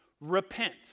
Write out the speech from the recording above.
Repent